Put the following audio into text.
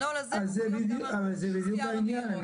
אבל זה בדיוק העניין.